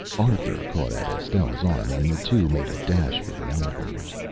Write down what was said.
arthur caught at estelle's arm and the two made a dash for the elevators.